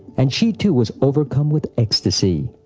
and she too was overcome with ecstasy.